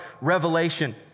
revelation